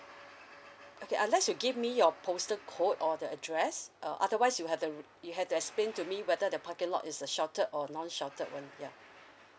okay unless you give me your postal code or the address uh otherwise you have to you have to explain to me whether the parking lot is a sheltered or non sheltered one ya